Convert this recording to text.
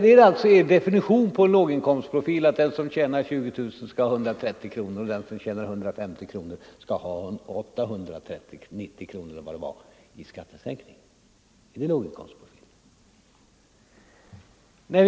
Är det er definition på en låginkomstprofil att den som tjänar 20 000 kronor skall få dra av 190 kronor i sjukförsäkringsavgift, medan den som tjänar 150 000 kronor skall få göra ett avdrag på ca 830 kronor? Är det låginkomstspolitik?